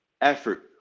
effort